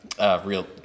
real